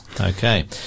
Okay